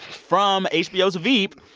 from hbo's veep,